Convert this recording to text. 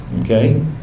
Okay